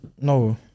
no